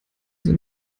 sie